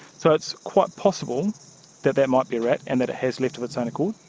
so it's quite possible that that might be a rat and that it has left of its own accord.